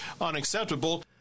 unacceptable